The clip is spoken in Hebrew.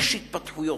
יש התפתחויות.